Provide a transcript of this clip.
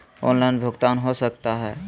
Online भुगतान हो सकता है?